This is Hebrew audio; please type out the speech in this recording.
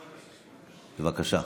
בבקשה.